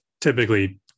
typically